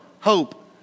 hope